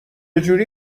جوری